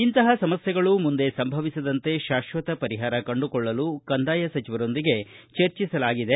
ಇಂತಹ ಸಮಸ್ಥೆಗಳು ಮುಂದೆ ಸಂಭವಿಸದಂತೆ ಶಾಶ್ವತ ಪರಿಹಾರ ಕಂಡುಕೊಳ್ಳಲು ಕಂದಾಯ ಸಚಿವರೊಂದಿಗೆ ಚರ್ಚಿಸಲಾಗಿದೆ